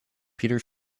peter